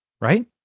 right